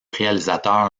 réalisateur